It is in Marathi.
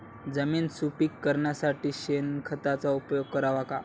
जमीन सुपीक करण्यासाठी शेणखताचा उपयोग करावा का?